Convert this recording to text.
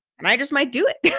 and i just might do it.